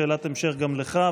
שאלת המשך גם לך,